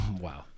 Wow